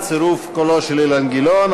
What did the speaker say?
בצירוף קולו של אילן גילאון,